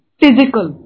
physical